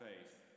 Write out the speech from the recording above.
faith